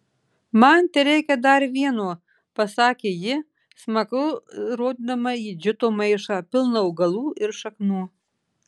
man tereikia dar vieno pasakė ji smakru rodydama į džiuto maišą pilną augalų ir šaknų